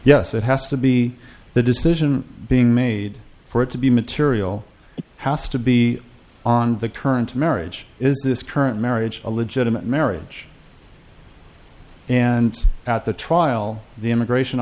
yes it has to be the decision being made for it to be material house to be on the current marriage is this current marriage a legitimate marriage and at the trial the immigration